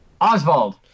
Oswald